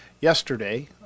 Yesterday